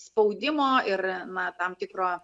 spaudimo ir na tam tikro